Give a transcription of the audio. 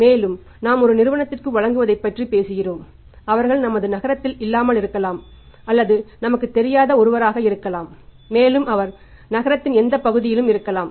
மேலும் நாம் ஒரு நிறுவனத்திற்கு வழங்குவதை பற்றி பேசுகிறோம் அவர்கள் நமது நகரத்தில் இல்லாமலிருக்கலாம் அல்லது நமக்குத் தெரியாத ஒருவராக இருக்கலாம் மேலும் அவர் நகரத்தின் எந்த பகுதியிலும் இருக்கலாம்